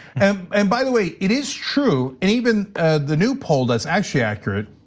and and by the way, it is true. and even the new poll that's actually accurate